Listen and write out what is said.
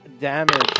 damage